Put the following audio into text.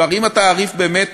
כלומר אם בתעריף באמת